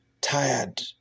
tired